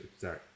sorry